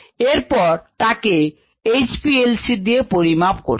এরপর তাকে এইচপিএলসি দিয়ে পরিমাপ করত